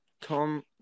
Tom